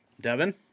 Devin